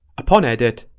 upon edit,